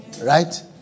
Right